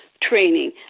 training